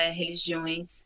religiões